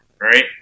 right